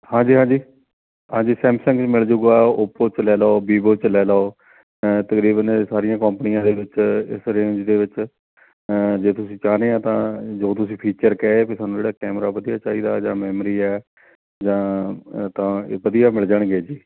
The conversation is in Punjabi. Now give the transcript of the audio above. ਹਾਂਜੀ ਹਾਂਜੀ ਹਾਂਜੀ ਸੈਮਸੰਗ ਵੀ ਮਿਲ ਜਾਊਗਾ ਓਪੋ 'ਚ ਲੈ ਲਉ ਵੀਵੋ 'ਚ ਲੈ ਲਉ ਤਕਰੀਬਨ ਸਾਰੀਆਂ ਕੋਪਨੀਆਂ ਦੇ ਵਿੱਚ ਇਸ ਰੇਂਜ ਦੇ ਵਿੱਚ ਜੇ ਤੁਸੀਂ ਚਾਹੁੰਦੇ ਆ ਤਾਂ ਜੋ ਤੁਸੀਂ ਫੀਚਰ ਕਹੇ ਵੀ ਤੁਹਾਨੂੰ ਜਿਹੜਾ ਕੈਮਰਾ ਵਧੀਆ ਚਾਹੀਦਾ ਜਾਂ ਮੈਮਰੀ ਹੈ ਜਾਂ ਤਾਂ ਇਹ ਵਧੀਆ ਮਿਲ ਜਾਣਗੇ ਜੀ